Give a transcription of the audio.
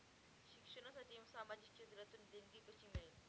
शिक्षणासाठी सामाजिक क्षेत्रातून देणगी कशी मिळेल?